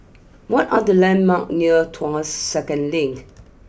what are the landmarks near Tuas second Link